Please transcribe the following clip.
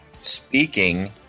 speaking